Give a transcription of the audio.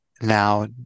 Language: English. now